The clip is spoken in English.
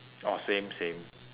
oh same same